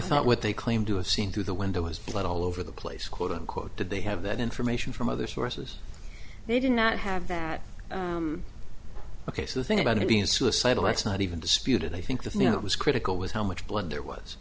thought what they claim to have seen through the window was blood all over the place quote unquote that they have that information from other sources they did not have that ok so the thing about it being suicidal that's not even disputed i think that you know it was critical was how much blood there was